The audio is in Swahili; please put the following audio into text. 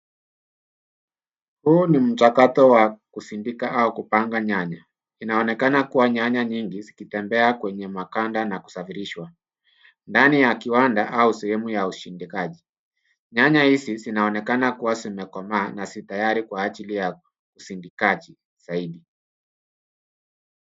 Huu ni mchakato wa kusindika au kupanga nyanya. Inaonekana kuwa nyanya nyingi zikitembea kwenye makanda na kusafirishwa ndani ya kiwanda au sehemu ya usindikaji. Nyanya hizi zinaonekana kuwa zimekomaa na zi tayari kwa ajili ya usindikaji zaidi.